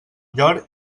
llor